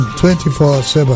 24-7